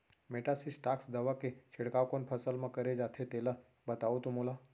Metasystox दवा के छिड़काव कोन फसल म करे जाथे तेला बताओ त मोला?